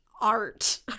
art